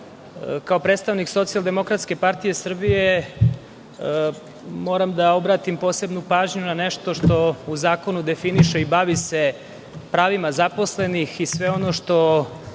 kao predstavnik Socijaldemokratske partije Srbije, moram da obratim posebnu pažnju na nešto što u zakonu definiše i bavi se pravima zaposlenih i sve ono što